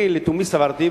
לתומי סברתי,